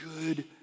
good